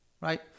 Right